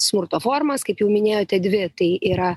smurto formas kaip jau minėjote dvi tai yra